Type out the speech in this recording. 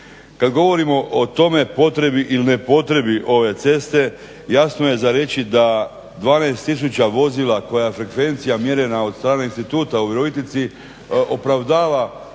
Kad govorimo o tome, potrebi ili ne potrebi ove ceste jasno je za reći da 12 tisuća vozila koja frekvencija mjerena od strane instituta u Virovitici opravdava